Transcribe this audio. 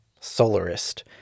solarist